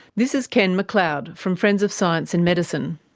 this is ken mcleod, from friends of science in medicine.